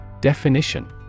Definition